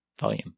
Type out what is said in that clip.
volume